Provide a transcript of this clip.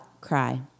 cry